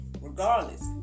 regardless